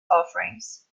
offerings